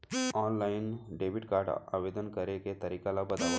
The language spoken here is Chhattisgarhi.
ऑनलाइन डेबिट कारड आवेदन करे के तरीका ल बतावव?